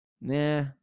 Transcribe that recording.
Nah